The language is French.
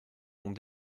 ont